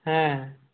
হ্যাঁ